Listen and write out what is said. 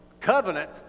covenant